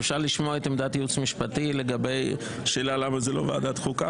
אפשר לשמוע את עמדת הייעוץ המשפטי לגבי השאלה למה זו לא ועדת החוקה,